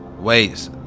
wait